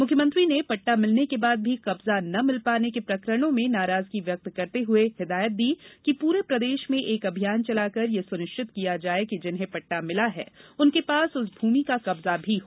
मुख्यमंत्री ने पट्टा मिलने के बाद भी कब्जा न मिल पाने के प्रकरणों में नाराजगी व्यक्त करते हुए हिदायत दी कि पूरे प्रदेश में एक अभियान चलाकर यह सुनिश्चित किया जाए कि जिन्हें पड्टा भिला है उनके पास उस भूमि का कब्जा भी हो